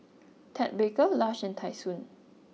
Ted Baker Lush and Tai Sun